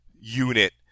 unit